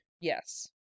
Yes